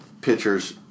pitchers